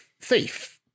Thief